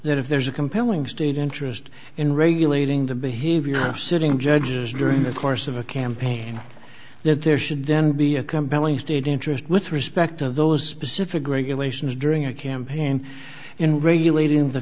that if there's a compelling state interest in regulating the behavior of sitting judges during the course of a campaign that there should then be a compelling state interest with respect to those specific regulations during a campaign in regulating the